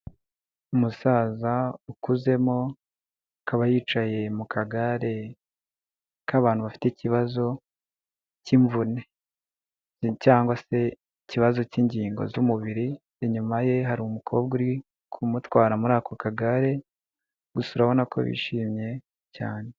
Umusaza ukuzemo akaba yicaye mu kagare k'abantu bafite ikibazo cy'imvune. Cyangwa se ikibazo cy'ingingo z'umubiri, inyuma ye hari umukobwa uri kumutwara muri ako kagare, gusa urabona ko bishimye cyane.